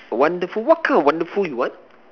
wonderful what kind of wonderful you want